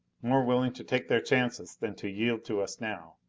more willing to take their chances than to yield to us now.